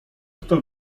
kto